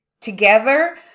together